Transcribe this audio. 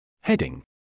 Heading